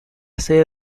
sede